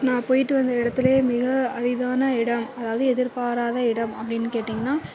நான் போய்ட்டு வந்த இடத்துலே மிக அரிதான இடம் அதாவது எதிர்பாராத இடம் அப்டின்னு கேட்டிங்கன்னா